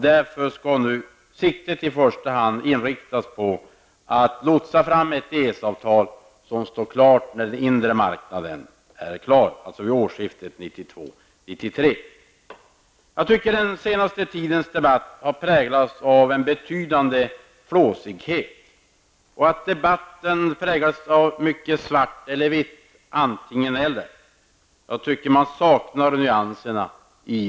Därför skall nu siktet i första hand inriktas på att lotsa fram ett EES-avtal som står klart när den inre marknaden är klar, alltså vid årsskiftet 1992-1993. Jag tycker att den senaste tidens debatt har präglats av en betydande flåsighet, av mycket svart eller vitt, av antingen--eller. Jag tycker att man saknar nyanserna.